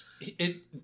It-